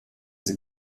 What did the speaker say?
sie